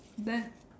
then